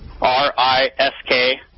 R-I-S-K